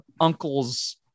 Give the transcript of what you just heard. uncle's